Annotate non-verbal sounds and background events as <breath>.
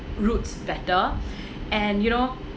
roots better <breath> and you know